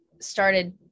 started